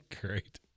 great